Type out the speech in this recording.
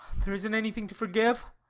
there isn't anything to forgive.